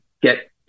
get